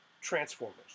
Transformers